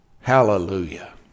Hallelujah